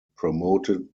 promoted